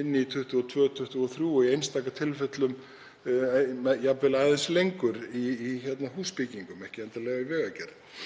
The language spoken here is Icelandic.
inn í 2022 og 2023 og í einstaka tilfellum jafnvel aðeins lengur í húsbyggingum, ekki endilega í vegagerð.